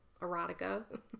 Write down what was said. erotica